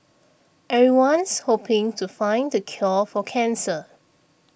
everyone's hoping to find the cure for cancer